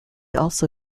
also